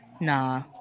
Nah